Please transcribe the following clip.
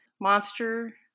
monster